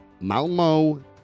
Malmo